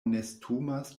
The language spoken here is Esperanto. nestumas